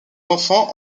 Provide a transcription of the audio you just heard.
enfants